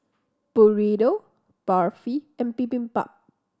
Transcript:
Burrito Barfi and Bibimbap